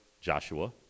Joshua